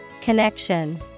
Connection